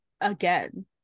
again